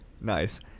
Nice